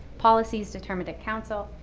policies determined at council,